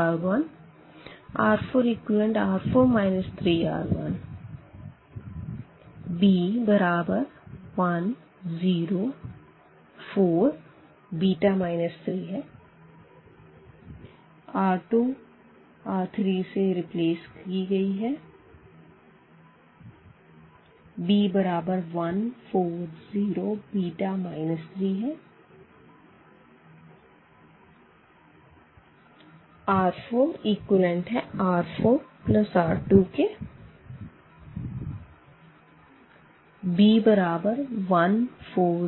R2R2 2R1 R3R3R1 R4R4 3R1 b1 0 4 3 R2R3 b1 4 0 3 R4R4R2 b1 4 0 1 R4R4 3R3 b1 4